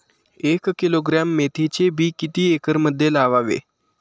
एक किलोग्रॅम मेथीचे बी किती एकरमध्ये लावावे?